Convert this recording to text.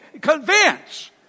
Convince